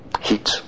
heat